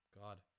god